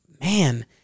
man